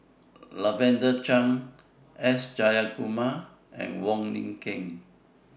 Lavender Chang S Jayakumar and Wong Lin Ken